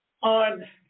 on